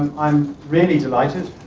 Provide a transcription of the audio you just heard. i'm really delighted